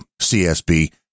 CSB